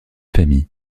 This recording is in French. famille